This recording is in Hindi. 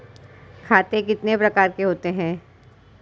खाते कितने प्रकार के होते हैं?